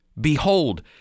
Behold